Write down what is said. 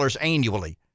annually